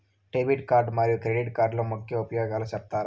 Debit card మరియు credit కార్డుల ముఖ్య ఉపయోగాలు సెప్తారా?